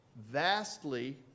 vastly